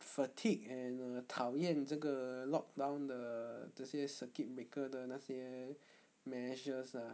fatigued and err 讨厌这个 lockdown 的这些 circuit breaker 的那些 measures ah